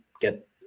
get